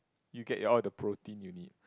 you get all the protein you need